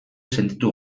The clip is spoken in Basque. sentitu